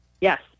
Yes